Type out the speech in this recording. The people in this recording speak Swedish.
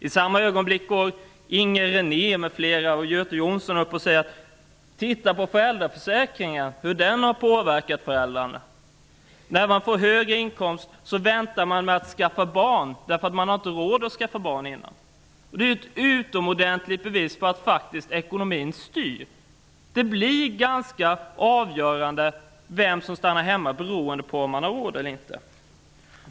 I samma ögonblick går Inger René och Göte Jonsson upp i talarstolen och säger: Titta hur föräldraförsäkringen har påverkat föräldrarna! När man får högre inkomst väntar man med att skaffa barn. Det är ett utomordentligt bevis för att faktiskt ekonomin styr. Det blir ganska avgörande om man har råd eller inte, och det styr vem som stannar hemma.